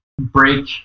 break